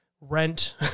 rent